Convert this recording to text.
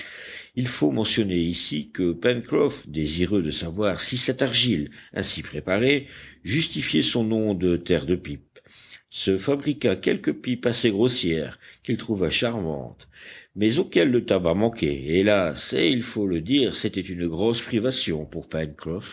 il faut mentionner ici que pencroff désireux de savoir si cette argile ainsi préparée justifiait son nom de terre de pipe se fabriqua quelques pipes assez grossières qu'il trouva charmantes mais auxquelles le tabac manquait hélas et il faut le dire c'était une grosse privation pour